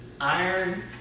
iron